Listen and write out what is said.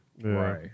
right